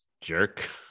jerk